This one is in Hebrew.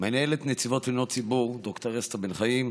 מנהלת נציבות תלונות הציבור ד"ר אסתר בן חיים,